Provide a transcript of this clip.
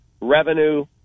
revenue